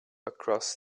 across